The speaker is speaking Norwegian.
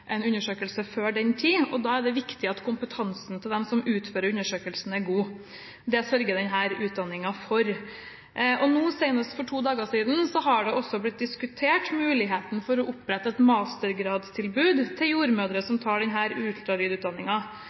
undersøkelse før den tid. Da er det viktig at kompetansen til dem som utfører undersøkelsen, er god. Det sørger denne utdanningen for. Senest for to dager siden ble muligheten for å opprette et mastergradstilbud til jordmødre som tar